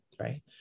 right